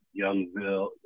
Youngville